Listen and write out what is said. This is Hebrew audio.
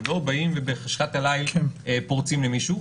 הם לא באים ובחשכת הליל פורצים למישהו,